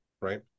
right